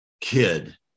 kid